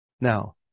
now